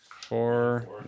Four